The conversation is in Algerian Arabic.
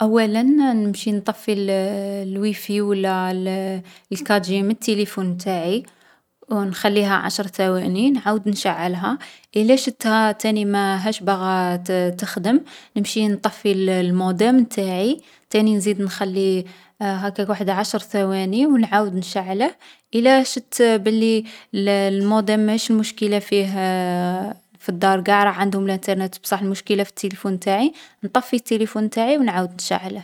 أولا، نمشي نـ نطفي الـ الويفي و لا الـ الكاتجي من التلفون نتاعي و نخليها عشر ثواني. نعاود نشعلها إلا شتها تاني ماهاش باغا تخـ تخدم نمشي نطفي الـ المودام نتاعي. تاني نزيد نخليها هاكاك وحد عشر ثواني و نعاود نشعله. إلا شت بلي الـ المودام ماش مشكلة فيه في الدار قاع راه عندهم لنترنت بصح المشكلة في التلفون نتاعي، نطفي التلفون نتاعي و نعاود نشعله.